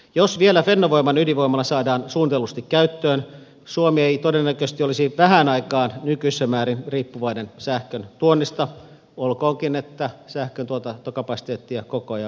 jos vielä fennovoiman ydinvoimala saadaan suunnitellusti käyttöön suomi ei todennäköisesti olisi vähään aikaan nykyisessä määrin riippuvainen sähkön tuonnista olkoonkin että sähköntuotantokapasiteettia koko ajan myös poistuu